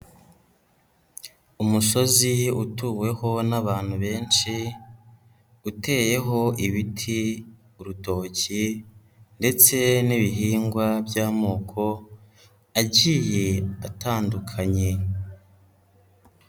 Umusozi utuweho n'abantu benshi, uteyeho ibiti, urutoki, ndetse n'ibihingwa by'amoko agiye atandukanye.